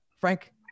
Frank